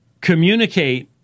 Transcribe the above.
communicate